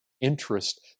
interest